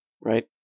right